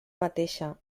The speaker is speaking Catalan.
mateixa